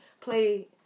play